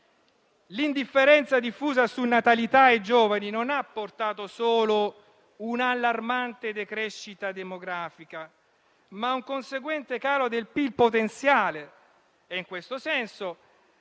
L'indifferenza diffusa su natalità e giovani non ha portato solo una allarmante decrescita demografica, ma un conseguente calo del PIL potenziale e in questo senso